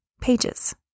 pages